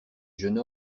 jeune